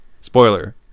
Spoiler